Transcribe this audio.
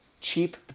Cheap